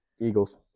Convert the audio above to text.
Eagles